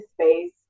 space